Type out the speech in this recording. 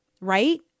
right